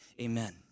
amen